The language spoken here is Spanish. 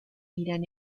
irán